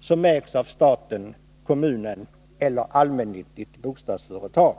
som ägs av stat, kommun eller allmännyttigt bostadsföretag.